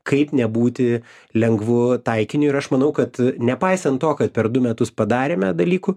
kaip nebūti lengvu taikiniu ir aš manau kad nepaisant to kad per du metus padarėme dalykų